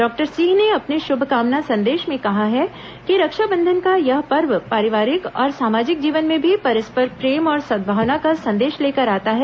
doctor Singh ने अपने शुभकामना संदेश में कहा है कि रक्षाबंधन का यह पर्व पारिवारिक और सामाजिक जीवन में भी परस्पर प्रेम और संद्भावना का संदेश लेकर आता है